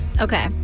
Okay